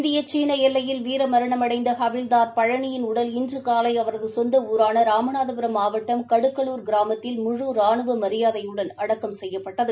இந்திய சீனஎல்லையில் பழனியின் வீரமரணமடைந்தஹவில்தார் உடல் இன்றுகாலைஅவரதுசொந்தஊரானராமநாதபுரம் மாவட்டம் கடுக்கலூர் கிராமத்தில் ழு ராணுவமரியாதையுடன் அடக்கம் செய்யப்பட்டது